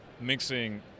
mixing